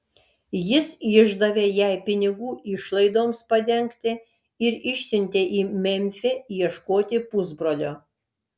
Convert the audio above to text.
jis išdavė jai pinigų išlaidoms padengti ir išsiuntė į memfį ieškoti pusbrolio